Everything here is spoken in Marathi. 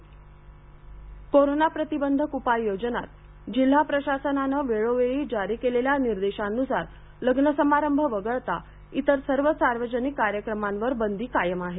लग्नसमारंभ कोरोना प्रतिबंधक उपाययोजनांत जिल्हा प्रशासनानं वेळोवेळी जारी केलेल्या निर्देशान्सार लग्नसमारंभ वगळता इतर सर्व सार्वजनिक कार्यक्रमांवर बंदी कायम आहे